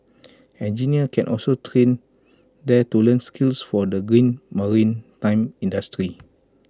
engineers can also train there to learn skills for the green maritime industry